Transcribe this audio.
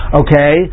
okay